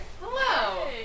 Hello